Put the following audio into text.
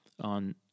on